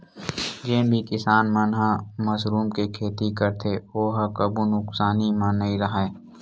जेन भी किसान मन ह मसरूम के खेती करथे ओ ह कभू नुकसानी म नइ राहय